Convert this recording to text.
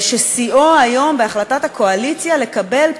ששיאה היום בהחלטת הקואליציה לקבל פה-אחד,